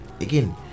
again